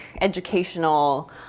educational